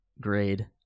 grade